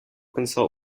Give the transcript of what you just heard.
consult